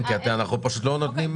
כן, כי אנחנו פשוט לא נותנים